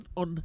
on